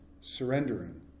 surrendering